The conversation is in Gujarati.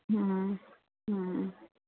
હમ્મ હમ્મ